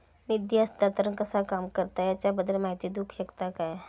निधी हस्तांतरण कसा काम करता ह्याच्या बद्दल माहिती दिउक शकतात काय?